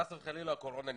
חס וחלילה הקורונה נמשכת,